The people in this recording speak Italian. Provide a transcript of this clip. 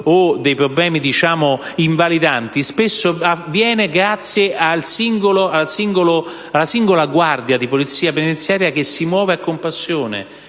o altre situazioni invalidanti, spesso avviene grazie alla singola guardia di Polizia penitenziaria che si muove a compassione